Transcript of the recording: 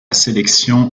sélection